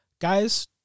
guys